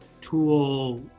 tool